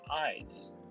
eyes